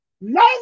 No